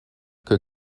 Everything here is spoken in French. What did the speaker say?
que